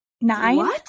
nine